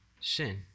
sin